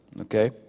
okay